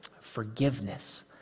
forgiveness